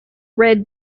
red